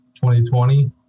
2020